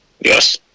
Yes